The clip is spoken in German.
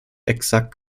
exakt